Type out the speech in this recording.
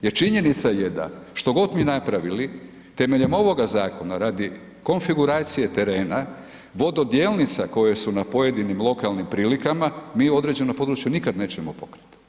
Jer činjenica je da, što god mi napravili, temeljem zakona, radi konfiguracije terena, vododijelnica koji su na pojedinim lokalni prilikama, mi određene područje nikada nećemo pokriti.